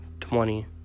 twenty